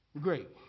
Great